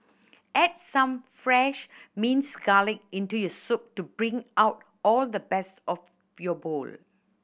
add some fresh minced garlic into your soup to bring out all the best of your bowl